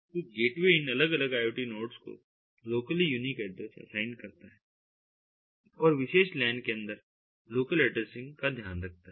तो गेटवे इन अलग अलग IoT नोड्स को लोकली यूनिक ऐड्रेस असाइन करता है और विशेष LAN के अंदर लोकल एड्रेसिंग का ध्यान रखता है